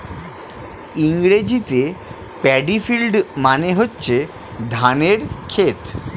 ইংরেজিতে paddy field মানে হচ্ছে ধানের ক্ষেত